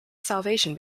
salvation